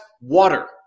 water